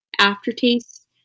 aftertaste